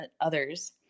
others